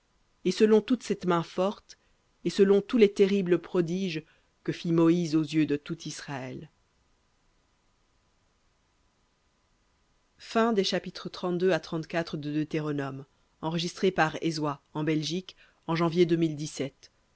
et selon toute cette main forte et selon tous les terribles prodiges que fit moïse aux yeux de tout israël